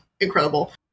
incredible